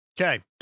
Okay